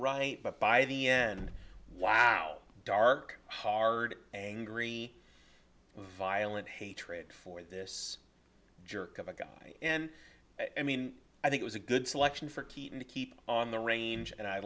right but by the end wow dark hard angry violent hatred for this jerk of a guy and i mean i think was a good selection for keaton to keep on the range and i